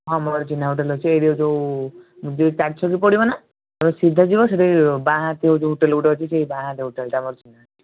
ହଁ ମୋର ଚିହ୍ନା ହୋଟେଲ ଅଛି ଏଇଠି ଯେଉଁ ଯେଉଁ ଚାରି ଛକି ପଡ଼ିବ ନା ତ ସିଧା ଯିବେ ସେଇଟି ବାଁ ହାତି ଯେଉଁ ହୋଟେଲ ଗୋଟେ ଅଛି ସେଇ ବାଁ ହାତି ହୋଟେଲ ଟା ମୋର ଚିହ୍ନା ଅଛି